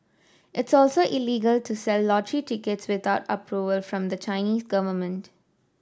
it's also illegal to sell lottery tickets without approval from the Chinese government